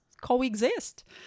coexist